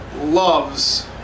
loves